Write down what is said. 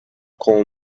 call